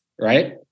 Right